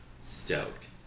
stoked